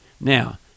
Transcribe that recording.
Now